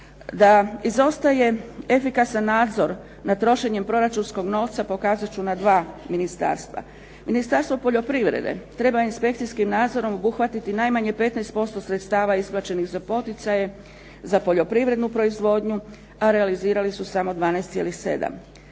Da izostaje efikasan nadzor nad trošenjem proračunskog novca, pokazati ću na dva ministarstva. Ministarstvo poljoprivrede treba inspekcijskim nadzorom obuhvatiti najmanje 15% sredstava isplaćenih za poticaje, za poljoprivrednu proizvodnju a realizirali su samo 12,7.